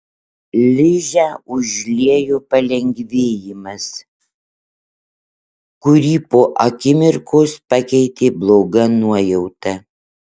ližę užliejo palengvėjimas kurį po akimirkos pakeitė bloga nuojauta